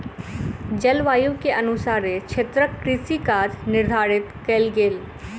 जलवायु के अनुसारे क्षेत्रक कृषि काज निर्धारित कयल गेल